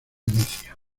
venecia